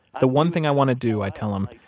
the one thing i want to do, i tell him,